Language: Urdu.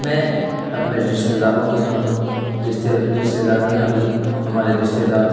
میں اپنے رشتہ داروں کے یہاں رشتے رشتے دار کے یہاں بھی ہمارے رشتے دار